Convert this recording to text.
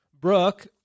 Brooke